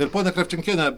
ir ponia kravčenkiene